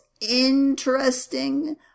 interesting